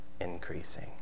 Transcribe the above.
increasing